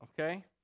okay